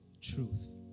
truth